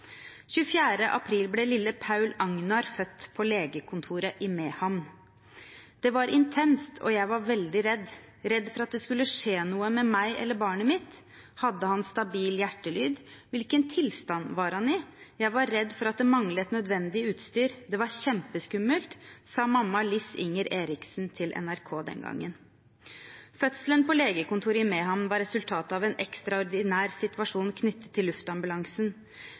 24. april ble lille Paul-Agnar født på legekontoret i Mehamn. «Det var intenst, og jeg var veldig redd. Redd for at det skulle skje noe med meg eller barnet mitt. Hadde han stabil hjertelyd? Hvilken tilstand var han i? Jeg var redd for at det manglet nødvendig utstyr. Det var kjempeskummelt.» Dette sa mamma Liss Inger Eriksen til NRK. Fødselen på legekontoret i Mehamn var resultatet av en ekstraordinær situasjon knyttet til luftambulansen.